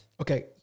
Okay